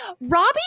robbie